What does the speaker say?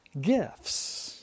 gifts